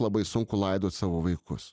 labai sunku laidot savo vaikus